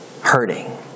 hurting